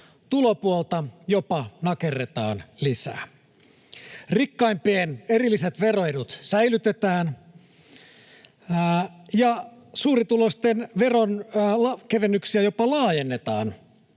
tulopuolta jopa nakerretaan lisää. Rikkaimpien erilliset veroedut säilytetään ja suurituloisten veronkevennyksiä jopa laajennetaan,